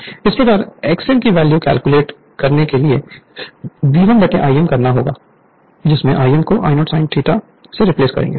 इसी प्रकार Xm की वैल्यू कैलकुलेट करने के लिए V1Im करना होगा जिसमें Im को I0 sin ∅0 से रिप्लेस करेंगे